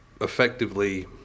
effectively